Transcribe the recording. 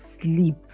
sleep